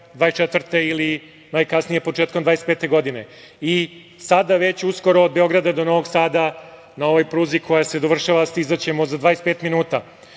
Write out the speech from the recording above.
2024. ili najkasnije početkom 2025. godine. Sada već uskoro od Beograda do Novog Sada na ovoj pruzi koja se dovršava stizaćemo za 25 minuta.